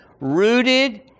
rooted